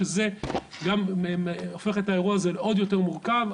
שזה גם הופך את האירוע הזה ליותר מורכב.